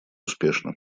успешно